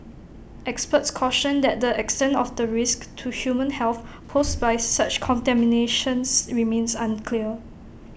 experts cautioned that the extent of the risk to human health posed by such contaminations remains unclear